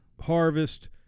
harvest